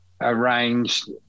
arranged